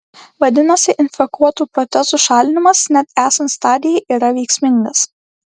vadinasi infekuotų protezų šalinimas net esant stadijai yra veiksmingas